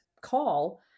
call